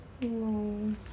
no